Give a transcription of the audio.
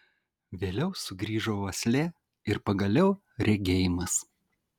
vėliau sugrįžo uoslė ir pagaliau regėjimas